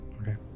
Okay